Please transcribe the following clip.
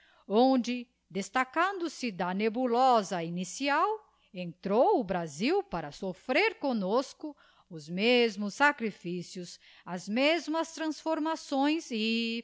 onde destacando-se da nebulosa inicial entrou o brasil para soffrer comnosco os mesmos sacrifícios as mesmas transformações